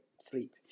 sleep